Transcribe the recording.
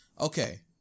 okay